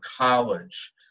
college